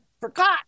forgot